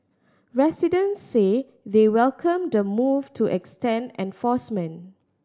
residents say they welcome the move to extend enforcement